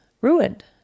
ruined